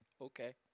Okay